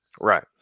right